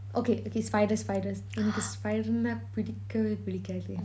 okay okay spiders spiders என்னக்கு:ennaku spider நா பிடிக்கவேய பிடிக்காது:naa pidikavey pidikaathu